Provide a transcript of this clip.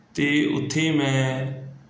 ਅਤੇ ਉੱਥੇ ਮੈਂ